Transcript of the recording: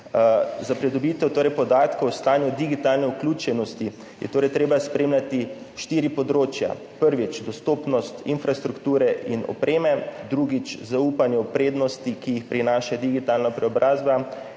Za pridobitev podatkov o stanju digitalne vključenosti je torej treba spremljati štiri področja. Prvič, dostopnost infrastrukture in opreme, drugič, zaupanje v prednosti, ki jih prinaša digitalna preobrazba,